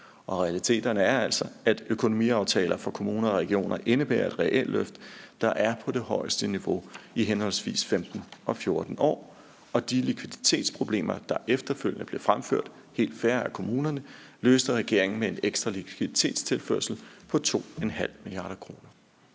Realiteterne er altså, at økonomiaftaler for kommuner og regioner indebærer et realløft, der er på det højeste niveau i henholdsvis 15 og 14 år. De likviditetsproblemer, der efterfølgende helt fair blev fremført af kommunerne, løste regeringen med en ekstra likviditetstilførsel på 2,5 mia. kr.